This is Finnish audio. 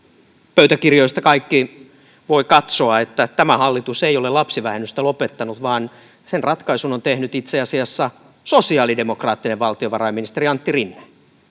pöytäkirjoista kaikki voivat katsoa että tämä hallitus ei ole lapsivähennystä lopettanut vaan sen ratkaisun on tehnyt itse asiassa sosiaalidemokraattinen valtiovarainministeri antti rinne